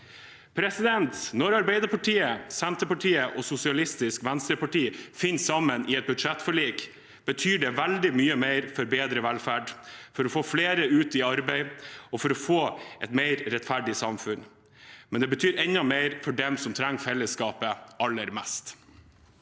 å møtes. Når Arbeiderpartiet, Senterpartiet og Sosialistisk Venstreparti finner sammen i et budsjettforlik, betyr det veldig mye for bedre velferd, for å få flere ut i arbeid og for å få et mer rettferdig samfunn, men det betyr enda mer for dem som trenger felleskapet aller mest.